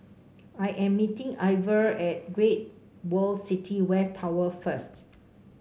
I am meeting Iver at Great World City West Tower first